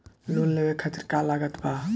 Loan लेवे खातिर का का लागत ब?